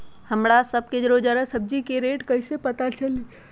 हमरा सब के रोजान सब्जी के रेट कईसे पता चली?